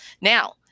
now